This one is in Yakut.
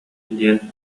диэн